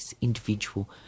individual